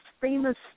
famous